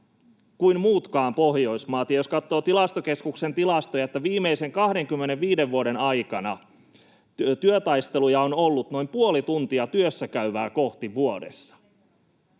kuin muutkaan Pohjoismaat. Ja jos katsoo Tilastokeskuksen tilastoja, niin viimeisen 25 vuoden aikana työtaisteluja on ollut noin puoli tuntia työssäkäyvää kohti vuodessa